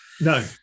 No